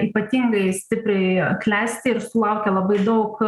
ypatingai stipriai klesti ir sulaukia labai daug